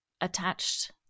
attached